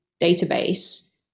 database